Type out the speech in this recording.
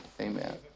Amen